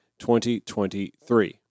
2023